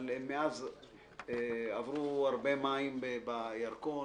אבל מאז זרמו הרבה מים בירקון.